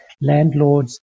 Landlords